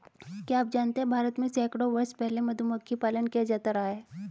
क्या आप जानते है भारत में सैकड़ों वर्ष पहले से मधुमक्खी पालन किया जाता रहा है?